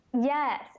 Yes